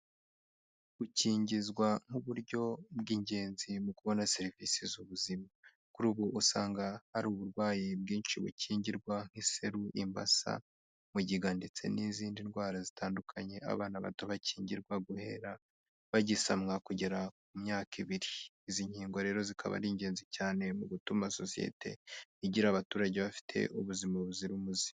Gukingizwa nk'uburyo bw'ingenzi mu kubona serivisi z'ubuzima. Kuri ubu usanga hari uburwayi bwinshi bukingirwa nk'iseru, imbasa, mugiga, ndetse n'izindi ndwara zitandukanye. Aho abana bato bakingirwa guhera bagisamwa kugera ku myaka ibiri. Izi nkingo rero zikaba ari ingenzi cyane mu gutuma sosiyete igira abaturage bafite ubuzima buzira umuze.